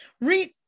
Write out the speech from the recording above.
read